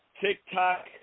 TikTok